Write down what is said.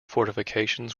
fortifications